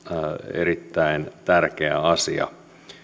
erittäin tärkeä asia